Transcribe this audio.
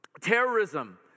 Terrorism